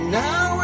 now